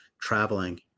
Traveling